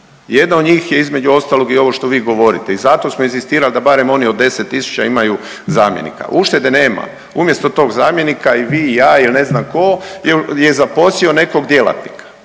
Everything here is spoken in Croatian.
Jedna od njih je između ostalog i ovo što vi govorite i zato smo inzistirali da barem oni od 10.000 imaju zamjenika. Uštede nema. Umjesto tog zamjenika i vi i ja il ne znam tko je zaposlio nekog djelatnika.